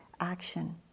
action